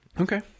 Okay